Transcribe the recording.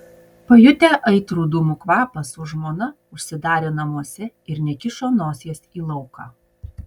pajutę aitrų dūmų kvapą su žmona užsidarė namuose ir nekišo nosies į lauką